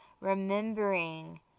remembering